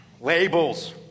Labels